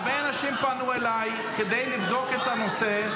והרבה אנשים פנו אליי כדי לבדוק את הנושא.